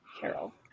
Carol